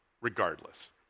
regardless